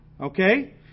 Okay